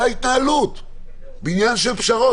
זו ההתנהלות בעניין של פשרות,